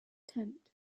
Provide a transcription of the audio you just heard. tent